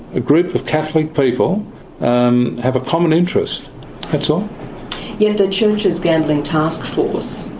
a group of catholic people um have a common interest that's all. yet the church's gambling taskforce,